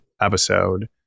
episode